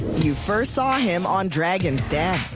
you first saw him on dragon's den.